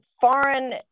foreign